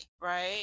right